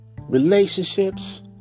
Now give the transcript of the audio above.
Relationships